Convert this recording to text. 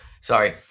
sorry